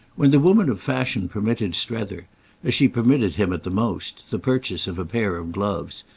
when the woman of fashion permitted strether as she permitted him at the most the purchase of a pair of gloves,